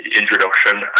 introduction